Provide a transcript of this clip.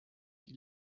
die